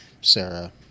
Sarah